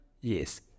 Yes